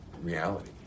reality